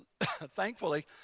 Thankfully